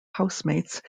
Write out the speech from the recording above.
housemates